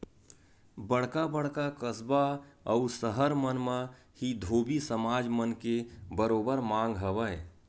बड़का बड़का कस्बा अउ सहर मन म ही धोबी समाज मन के बरोबर मांग हवय